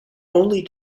only